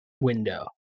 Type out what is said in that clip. window